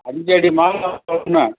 அஞ்சடி மாலை சொன்னேன்